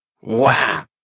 Wow